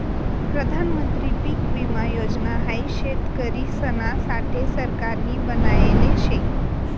प्रधानमंत्री पीक विमा योजना हाई शेतकरिसना साठे सरकारनी बनायले शे